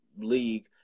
league